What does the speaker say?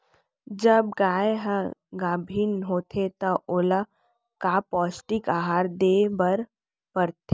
जब गाय ह गाभिन होथे त ओला का पौष्टिक आहार दे बर पढ़थे?